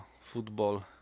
football